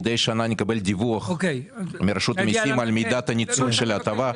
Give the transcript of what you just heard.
מדי שנה נקבל דיווח מרשות המיסים על מידת הניצול של ההטבה,